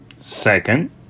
Second